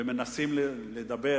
ומנסים לדבר